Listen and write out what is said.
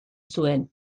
zuen